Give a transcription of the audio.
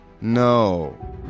No